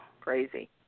Crazy